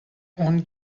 اون